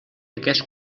aquest